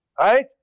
right